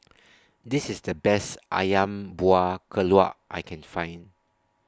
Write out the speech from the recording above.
This IS The Best Ayam Buah Keluak I Can Find